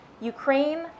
Ukraine